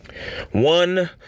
One